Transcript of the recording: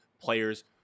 players